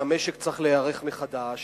והמשק צריך להיערך מחדש